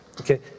Okay